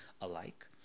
alike